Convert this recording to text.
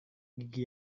gigi